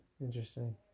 interesting